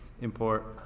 import